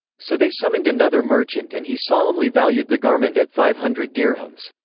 so they summoned another merchant and he solemnly valued the garment at five hundred dirhams.